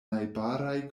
najbaraj